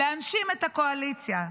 להנשים את הקואליציה.